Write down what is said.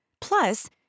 plus